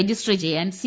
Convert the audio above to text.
register ചെയ്യാൻ C